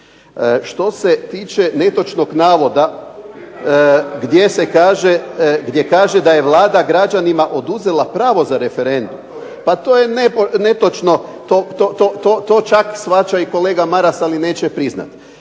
Što se tiče netočnog navoda gdje se kaže, gdje kaže da je Vlada građanima oduzela pravo za referendum. Pa to je netočno. To čak shvaća i kolega Maras ali neće priznati.